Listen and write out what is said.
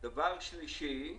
דבר שלישי,